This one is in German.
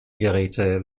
geräte